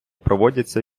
проводяться